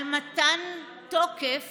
על מתן תוקף